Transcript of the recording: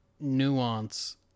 nuance